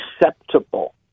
acceptable